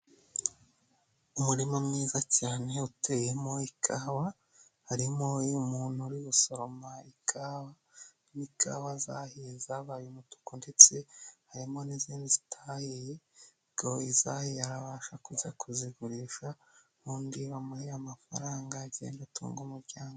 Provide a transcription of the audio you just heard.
Umurima mwiza cyane uteyemo ikawa, harimo n'umuntu uri gusoroma ikawa n'ikawa zahiye zabaye umutuku ndetse harimo n'izindi zitahiye, ubwo izahiye arababasha kujya kuzigurisha ubundi bamuhe amafaranga agende atunge umuryango.